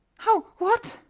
how? what?